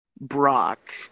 Brock